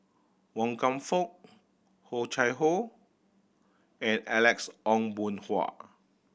Wan Kam Fook Oh Chai Hoo and Alex Ong Boon Hau